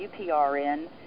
UPRN